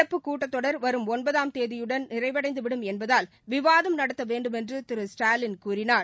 நடப்பு கூட்டத்தொடர் வரும் ஒன்பதாம் தேதியுடன் நிறைவடைந்துவிடும் என்பதால் விவாதம் நடத்த வேண்டுமென்று திரு ஸ்டாலின் கூறினார்